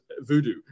voodoo